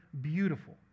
beautiful